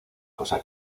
cosa